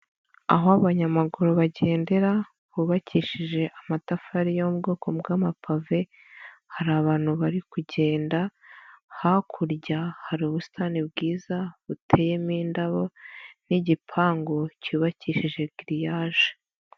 Aho abanyamaguru bagendera hubakishije amatafari yo mu bwoko bw'amapave, hari abantu bari kugenda, hakurya hari ubusitani bwiza buteyemo indabo n'igipangu cyubakishije giriyaje.